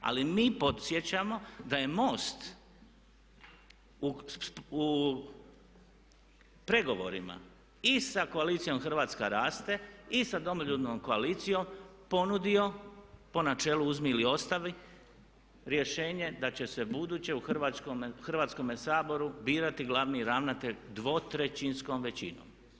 Ali mi podsjećamo da je MOST u pregovorima i sa koalicijom Hrvatska raste i sa Domoljubnom koalicijom ponudio po načelu uzmi ili ostavi rješenje da će se ubuduće u Hrvatskome saboru birati glavni ravnatelj dvotrećinskom većinom.